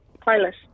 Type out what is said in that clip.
Pilot